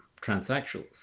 transsexuals